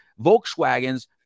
Volkswagens